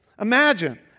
Imagine